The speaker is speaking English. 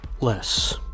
less